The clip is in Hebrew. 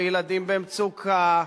וילדים במצוקה,